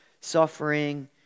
suffering